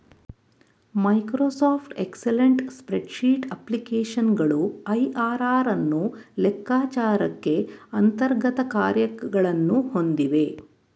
Microsoft excellent spreadsheet ಅಪ್ಲಿಕೇಶನ್ಗಳು IRR ಅನ್ನು ಲೆಕ್ಕಚಾರಕ್ಕೆ ಅಂತರ್ಗತ ಕಾರ್ಯಗಳನ್ನು ಹೊಂದಿವೆ